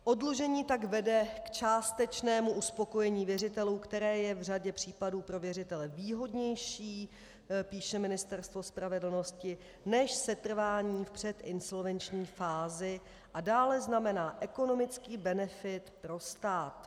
Oddlužení tak vede k částečnému uspokojení věřitelů, které je v řadě případů pro věřitele výhodnější, píše Ministerstvo spravedlnosti, než setrvání v předinsolvenční fázi, a dále znamená ekonomický benefit pro stát.